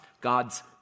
God's